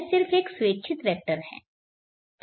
तो यह सिर्फ एक स्वेच्छित वेक्टर है